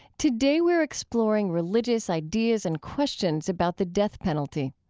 today we're exploring religious ideas and questions about the death penalty.